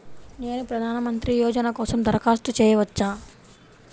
నేను ప్రధాన మంత్రి యోజన కోసం దరఖాస్తు చేయవచ్చా?